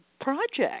project